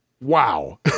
Wow